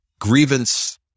grievance